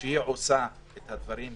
שהיא עושה את הדברים,